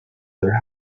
their